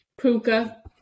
Puka